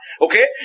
Okay